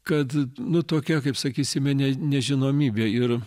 kad nu tokia kaip sakysime ne nežinomybė ir